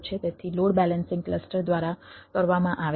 તેથી load balancing cluster દ્વારા કરવામાં આવે છે